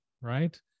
right